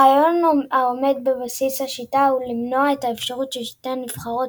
הרעיון העומד בבסיס השיטה הוא למנוע את האפשרות ששתי נבחרות